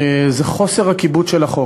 זה אי-כיבוד החוק,